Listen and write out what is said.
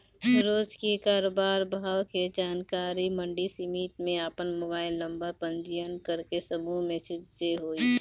रोज के बाजार भाव के जानकारी मंडी समिति में आपन मोबाइल नंबर पंजीयन करके समूह मैसेज से होई?